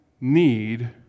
need